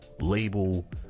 label